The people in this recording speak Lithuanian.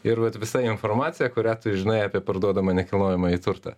ir vat visa informacija kurią tu žinai apie parduodamą nekilnojamąjį turtą